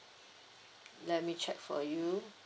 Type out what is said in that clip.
let me check for you